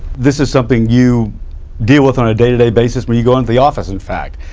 this is something you deal with on a day-to-day basis when you go into the office, in fact.